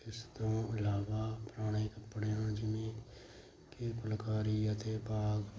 ਇਸ ਤੋਂ ਇਲਾਵਾ ਪੁਰਾਣੇ ਕੱਪੜਿਆਂ ਜਿਵੇਂ ਕਿ ਫੁਲਕਾਰੀ ਅਤੇ ਬਾਗ